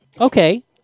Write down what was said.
Okay